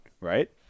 right